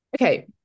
Okay